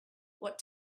what